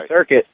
circuit